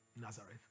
nazareth